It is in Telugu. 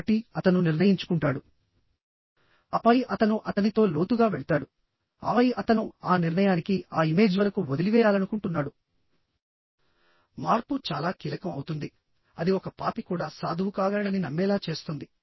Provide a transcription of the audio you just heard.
కాబట్టి అతను నిర్ణయించుకుంటాడు ఆపై అతను అతనితో లోతుగా వెళ్తాడుఆపై అతను ఆనిర్ణయానికి ఆ ఇమేజ్ వరకు వదిలివేయాలనుకుంటున్నాడు మార్పు చాలా కీలకం అవుతుందిఅది ఒక పాపి కూడా సాధువు కాగలడని నమ్మేలా చేస్తుంది